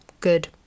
good